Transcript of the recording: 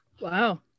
wow